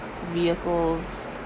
vehicles